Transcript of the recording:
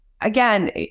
Again